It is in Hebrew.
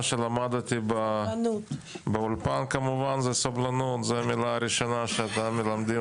הבעיה של האולפנים היא באמת הכי דחופה.